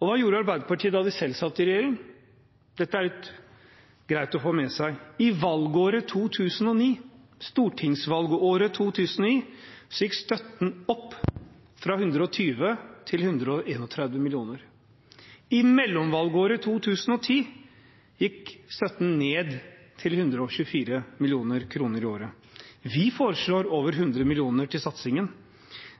Og hva gjorde Arbeiderpartiet da de selv satt i regjering? – og dette er litt greit å få med seg: I stortingsvalgåret 2009 gikk støtten opp, fra 120 til 131 mill. kr. I mellomvalgåret 2010 gikk støtten ned, til 124 mill. kr i året. Vi foreslår over 100 mill. kr til den satsingen.